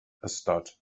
ystod